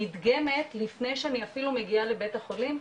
נדגמת לפני שאני אפילו מגיעה לבית החולים,